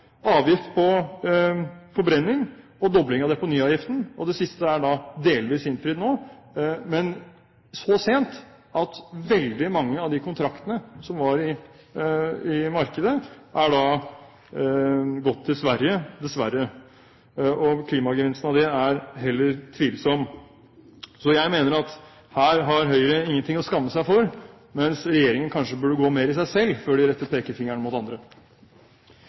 avgift på forbrenning og dobling av deponiavgiften. Det siste er delvis innfridd nå, men så sent at veldig mange av de kontraktene som var i markedet, er gått til Sverige, dessverre, og klimagevinsten av det er heller tvilsom. Så jeg mener at her har Høyre ingenting å skamme seg over, mens regjeringen kanskje burde gå mer i seg selv før de retter pekefingeren mot andre.